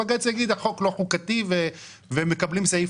ובג"ץ יגיד: החוק לא חוקתי והם מקבלים סעיף